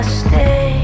stay